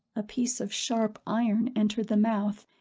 a piece of sharp iron entered the mouth,